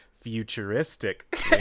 futuristic